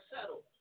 settled